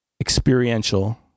experiential